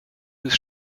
des